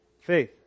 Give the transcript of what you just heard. faith